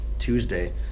Tuesday